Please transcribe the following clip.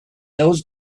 those